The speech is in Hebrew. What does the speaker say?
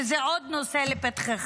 וזה עוד נושא לפתחך.